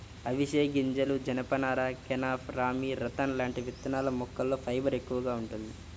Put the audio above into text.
అవిశె గింజలు, జనపనార, కెనాఫ్, రామీ, రతన్ లాంటి విత్తనాల మొక్కల్లో ఫైబర్ ఎక్కువగా వుంటది